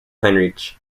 heinrich